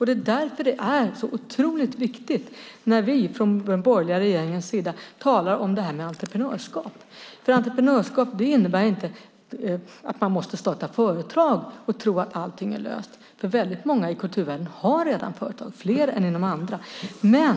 Det är därför det är så otroligt viktigt när vi från den borgerliga regeringens sida talar om entreprenörskap. Entreprenörskap innebär inte att man måste starta företag och tro att allting är löst. Väldigt många i kulturvärlden har redan företag, fler än inom andra områden.